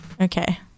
Okay